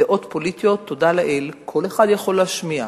דעות פוליטיות, תודה לאל, כל אחד יכול להשמיע,